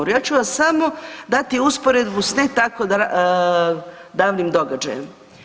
Ja ću vas samo dati usporedbu s ne tako davnim događajem.